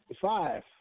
five